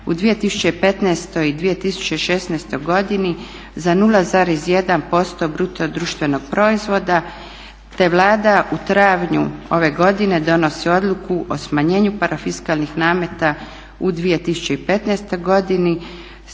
u 2015. i 2016. godini za 0,1% BDP-a te Vlada u travnju ove godine donosi odluku o smanjenju parafiskalnih nameta u 2015. godini